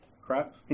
crap